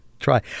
try